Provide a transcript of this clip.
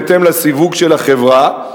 בהתאם לסיווג של החברה.